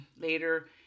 later